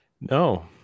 No